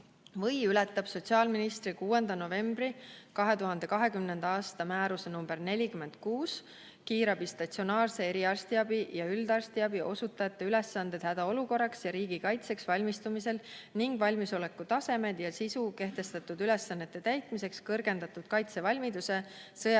või ületab sotsiaalministri 6. novembri 2020. aasta määruse nr 46 "Kiirabi, statsionaarse eriarstiabi ja üldarstiabi osutajate ülesanded hädaolukorraks ja riigikaitseks valmistumisel ning valmisoleku tasemed ja sisu kehtestatud ülesannete täitmiseks kõrgendatud kaitsevalmiduse,